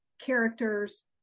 characters